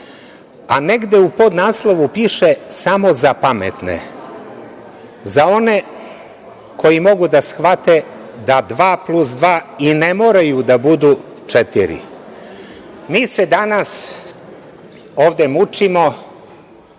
A negde u podnaslovu piše – samo za pametne. Za one koji mogu da shvate da dva plus dva i ne moraju da budu četiri. Mi se danas ovde mučimo